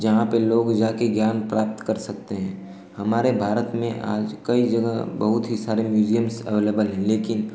जहाँ पर लोग जाकर ज्ञान प्राप्त कर सकते हैं हमारे भारत में आज कई जगह बहुत ही सारे म्यूज़ियम्स एवलेबल हैं लेकिन